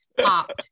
popped